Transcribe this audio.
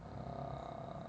err